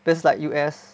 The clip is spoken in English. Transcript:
that's like U_S